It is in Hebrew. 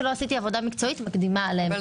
לא עשיתי עבודה מקצועית מקדימה עליהם,